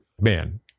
Man